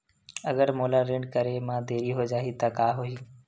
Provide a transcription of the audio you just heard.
अगर मोला ऋण करे म देरी हो जाहि त का होही?